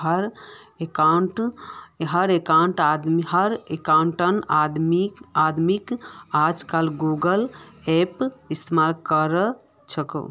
हर एकटा आदमीक अजकालित गूगल पेएर इस्तमाल कर छेक